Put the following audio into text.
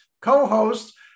co-host